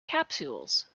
capsules